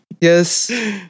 Yes